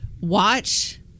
watch